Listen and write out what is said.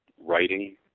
writing